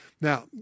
Now